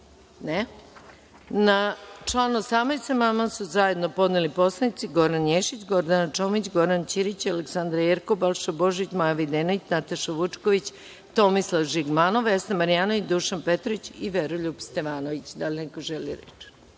član 18. amandman su zajedno podneli narodni poslanici Goran Ješić, Gordana Čomić, Goran Ćirić, Aleksandra Jerkov, Balša Božović, Maja Videnović, Nataša Vučković, Tomislav Žigmanov, Vesna Marjanović, Dušan Petrović i Veroljub Stevanović. Da li neko želi reč?